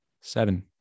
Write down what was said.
Seven